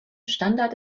standard